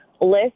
list